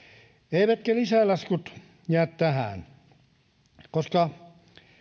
eivätkä lisälaskut jää tähän koska